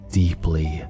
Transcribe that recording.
deeply